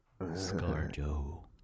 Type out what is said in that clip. Scarjo